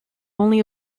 only